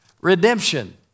redemption